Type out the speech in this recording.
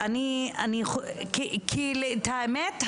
האמת,